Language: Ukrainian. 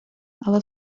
але